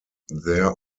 there